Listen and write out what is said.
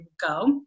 go